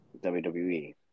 WWE